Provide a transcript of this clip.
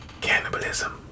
cannibalism